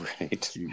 right